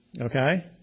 Okay